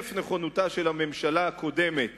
חרף נכונותה של הממשלה הקודמת